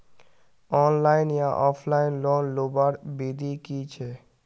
Online या offline loan लुबार विधि की छे?